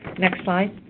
next slide.